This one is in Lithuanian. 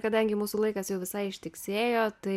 kadangi mūsų laikas jau visai ištiksėjo tai